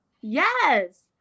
yes